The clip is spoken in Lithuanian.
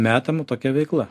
metama tokia veikla